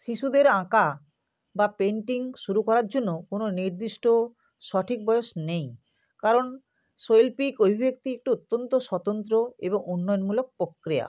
শিশুদের আঁকা বা পেন্টিং শুরু করার জন্য কোনো নির্দিষ্ট সঠিক বয়স নেই কারণ শৈল্পিক অভিব্যক্তি একটি অত্যন্ত স্বতন্ত্র এবং উন্নয়নমূলক প্রক্রিয়া